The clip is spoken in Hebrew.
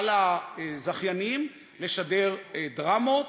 על הזכיינים לשדר דרמות,